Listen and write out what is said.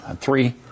Three